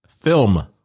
film